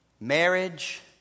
marriage